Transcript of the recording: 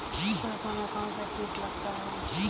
सरसों में कौनसा कीट लगता है?